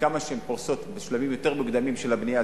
וככל שהן פורסות בשלבים יותר מוקדמים של הבנייה,